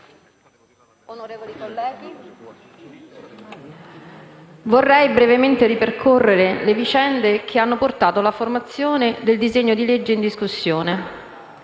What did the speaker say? onorevoli colleghi, vorrei brevemente ripercorrere le vicende che hanno portato alla formazione del disegno di legge oggi in discussione.